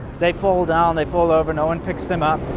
they fall down they fall over no one picks them up